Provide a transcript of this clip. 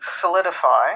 solidify